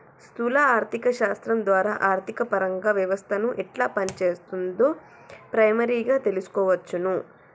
స్థూల ఆర్థిక శాస్త్రం ద్వారా ఆర్థికపరంగా వ్యవస్థను ఎట్లా పనిచేత్తుందో ప్రైమరీగా తెల్సుకోవచ్చును